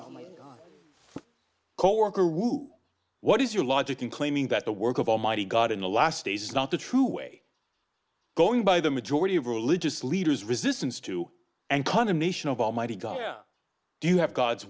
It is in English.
on my co worker who what is your logic in claiming that the work of almighty god in the last days is not the true way going by the majority of religious leaders resistance to and condemnation of almighty god do you have god's